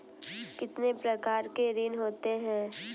कितने प्रकार के ऋण होते हैं?